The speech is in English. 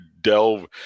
delve